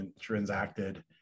transacted